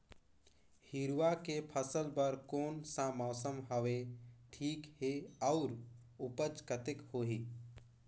हिरवा के फसल बर कोन सा मौसम हवे ठीक हे अउर ऊपज कतेक होही?